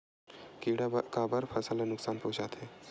किड़ा काबर फसल ल नुकसान पहुचाथे?